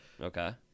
Okay